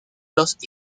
los